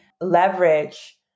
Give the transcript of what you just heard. leverage